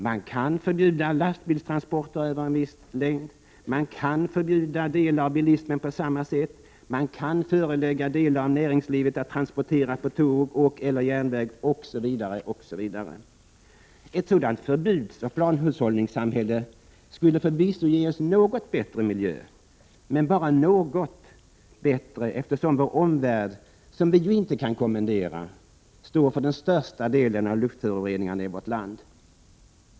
Man kan förbjuda lastbilstransporter över en viss längd, man kan förbjuda delar av bilismen på samma sätt, man kan förelägga delar av näringslivet att transportera på tåg och/eller järnväg osv. Ett sådant förbudsoch planhushållningssamhälle skulle förvisso ge oss något bättre miljö, men bara något bättre, eftersom vår omvärld, som vi ju inte kan kommendera, står för den största delen av luftföroreningarna i vårt land.